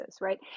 right